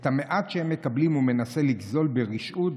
ואת המעט שהם מקבלים הוא מנסה לגזול ברשעות,